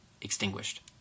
extinguished